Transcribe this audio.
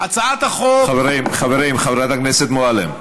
הצעת החוק, חברים, חברת הכנסת מועלם.